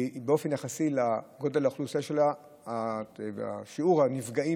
באופן יחסי לגודל האוכלוסייה שלה שיעור הנפגעים